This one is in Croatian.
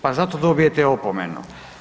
Pa zato dobivate opomenu.